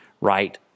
right